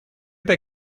they